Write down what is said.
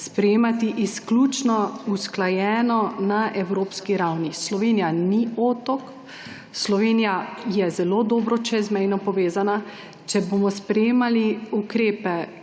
sprejemati izključno usklajeno na evropski ravni. Slovenija ni otok, Slovenija je zelo dobro čezmejno povezana. Če bomo sprejemali ukrepe,